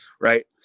Right